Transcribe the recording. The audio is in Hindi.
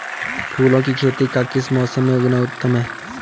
फूलों की खेती का किस मौसम में उगना उत्तम है?